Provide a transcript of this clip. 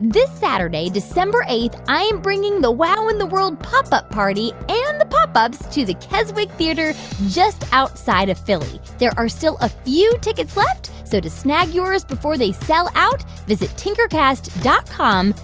this saturday, december eight, i'm bringing the wow in the world pop up party and the pop ups to the keswick theatre just outside of philly. there are still a few tickets left. so to snag yours before they sell out, visit tinkercast dot com